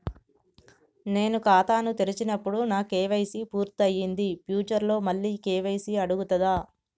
నేను ఖాతాను తెరిచినప్పుడు నా కే.వై.సీ పూర్తి అయ్యింది ఫ్యూచర్ లో మళ్ళీ కే.వై.సీ అడుగుతదా?